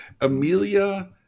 Amelia